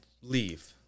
leave